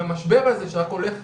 בכל הנושא הזה של ניקוזים